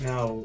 Now